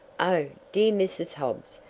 oh, dear mrs. hobbs,